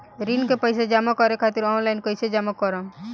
ऋण के पैसा जमा करें खातिर ऑनलाइन कइसे जमा करम?